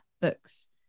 books